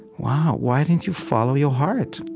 wow, why didn't you follow your heart?